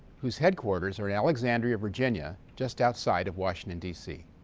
whose headquarters are in alexandria, virginia, just outside of washington, d c.